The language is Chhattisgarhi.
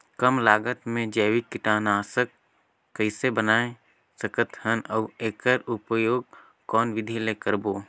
कम लागत मे जैविक कीटनाशक कइसे बनाय सकत हन अउ एकर उपयोग कौन विधि ले करबो?